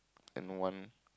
and no one